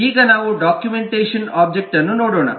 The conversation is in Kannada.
ಈಗ ನಾವು ಡಾಕ್ಯುಮೆಂಟೇಶನ್ ಒಬ್ಜೆಕ್ಟ್ಅನ್ನು ನೋಡೋಣ